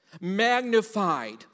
magnified